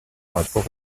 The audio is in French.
rapport